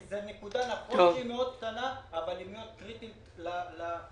זו נקודה שהיא מאוד קטנה אבל היא מאוד קריטית לעיר.